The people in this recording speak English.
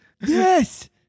Yes